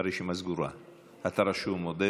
אתה רשום, עודד.